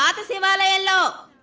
um see manjula? no.